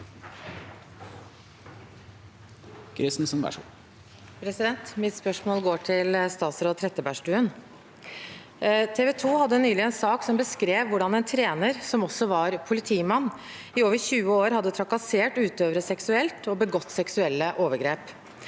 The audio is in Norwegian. TV 2 hadde nylig en sak som beskrev hvordan en trener, som også var politimann, i over 20 år hadde trakassert utøvere seksuelt og begått seksuelle overgrep.